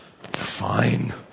Fine